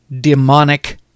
demonic